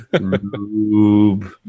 Rube